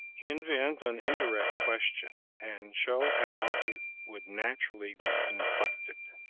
invent an indirect question and show how it would naturally be inflected.